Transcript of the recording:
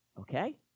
Okay